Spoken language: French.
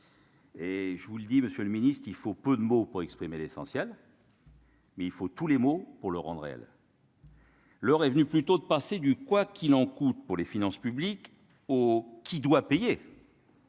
Et je vous le dis, Monsieur le Ministre, il faut peu de mots pour exprimer l'essentiel. Mais il faut tous les mots pour le rendre elle. L'heure est venue plutôt de passer du quoi qu'il en coûte pour les finances publiques, oh, qui doit payer.